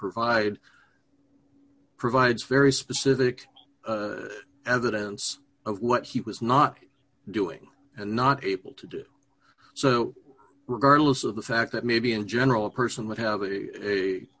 provide provides very specific evidence of what he was not doing and not able to do so regardless of the fact that maybe in general a person would have a